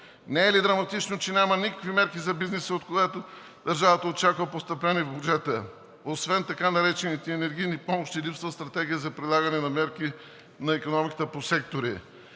Не е ли драматично, че няма никакви мерки за бизнеса, от който държавата очаква постъпленията през годината! Освен така наречените енергийни помощи, липсва стратегия за прилагане на мерки на икономиката по сектори,